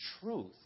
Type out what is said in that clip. truth